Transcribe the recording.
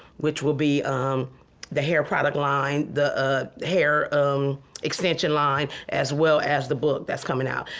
which will be the hair product line, the ah hair um extension line as well as the book that's coming out.